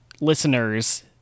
listeners